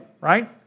right